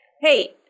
Hey